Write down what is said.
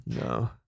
no